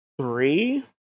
three